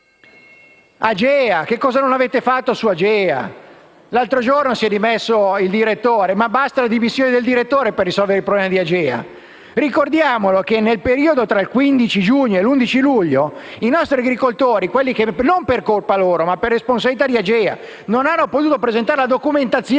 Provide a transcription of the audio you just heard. Che cosa non avete fatto su AGEA. L'altro giorno si è dimesso il direttore, ma bastano queste dimissioni per risolvere i problemi di AGEA? Ricordiamo che, nel periodo tra il 15 giugno e l'11 luglio, i nostri agricoltori - non per colpa loro, ma per responsabilità di AGEA - non hanno potuto presentare la documentazione